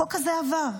החוק הזה עבר.